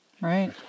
Right